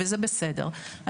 וזה בסדר.